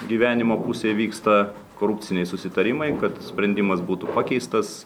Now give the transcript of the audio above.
gyvenimo pusėj vyksta korupciniai susitarimai kad sprendimas būtų pakeistas